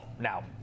now